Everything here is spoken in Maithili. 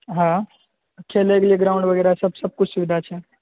हॅं खेलैक लिए ग्राउण्ड बगैरह सभ सभकिछु सुबिधा छै